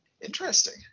Interesting